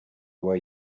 way